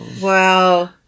Wow